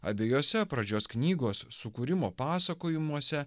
abiejose pradžios knygos sukūrimo pasakojimuose